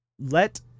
Let